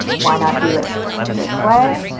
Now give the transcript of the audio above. why not do it this way?